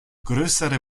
größere